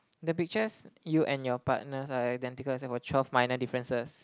the pictures you and your partners are identical except for twelve minor differences